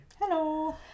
Hello